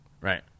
Right